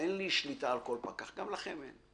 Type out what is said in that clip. שאין לי שליטה על כל פקח, גם לכם אין.